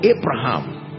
Abraham